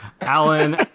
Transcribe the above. alan